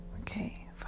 okay